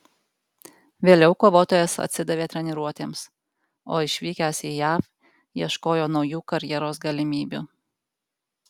vėliau kovotojas atsidavė treniruotėms o išvykęs į jav ieškojo naujų karjeros galimybių